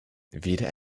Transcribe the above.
weder